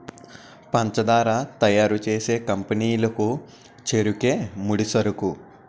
పంచదార తయారు చేసే కంపెనీ లకు చెరుకే ముడిసరుకు